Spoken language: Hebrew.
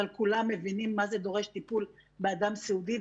אבל כולם מבינים מה זה דורש הטיפול באדם סיעודי,